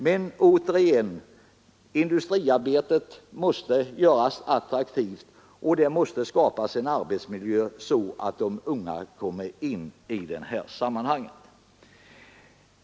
Men återigen: industriarbetet måste göras attraktivt, och det måste skapas en sådan arbetsmiljö att de unga vill arbeta där.